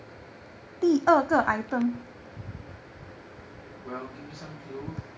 well give me some clue